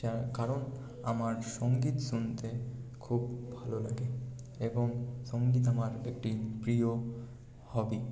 যার কারণ আমার সঙ্গীত শুনতে খুব ভালো লাগে এবং সঙ্গীত আমার একটি প্রিয় হবি